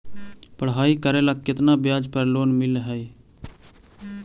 पढाई करेला केतना ब्याज पर लोन मिल हइ?